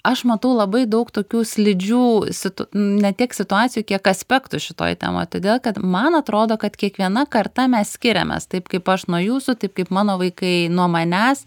aš matau labai daug tokių slidžių situ ne tiek situacijų kiek aspektų šitoj temoj todėl kad man atrodo kad kiekviena karta mes skiriamės taip kaip aš nuo jūsų taip kaip mano vaikai nuo manęs